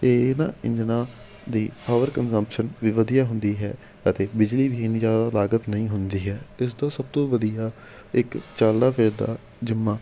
ਅਤੇ ਇਹਨਾਂ ਇੰਜਨਾਂ ਦੀ ਪਾਵਰ ਕੰਜਮਸ਼ਨ ਵੀ ਵਧੀਆ ਹੁੰਦੀ ਹੈ ਅਤੇ ਬਿਜਲੀ ਦੀ ਇੰਨੀ ਜ਼ਿਆਦਾ ਲਾਗਤ ਨਹੀਂ ਹੁੰਦੀ ਹੈ ਅਤੇ ਇਸ ਤੋਂ ਸਭ ਤੋਂ ਵਧੀਆ ਇੱਕ ਚੱਲਦਾ ਫਿਰਦਾ ਜਿਮਾ